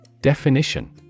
Definition